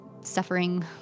suffering